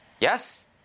Yes